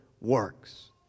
works